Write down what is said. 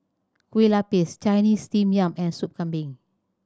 Kueh Lapis Chinese Steamed Yam and Sup Kambing